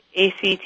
ACT